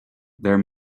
there